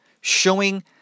showing